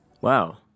Wow